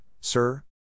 sir